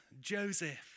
Joseph